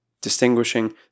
distinguishing